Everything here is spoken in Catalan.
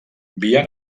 via